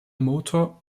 motor